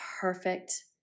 perfect